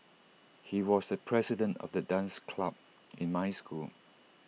he was the president of the dance club in my school